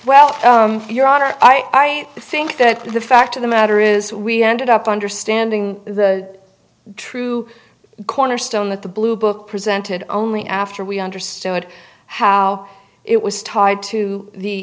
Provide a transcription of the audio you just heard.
honor i think that the fact of the matter is we ended up understanding the true cornerstone that the blue book presented only after we understood how it was tied to the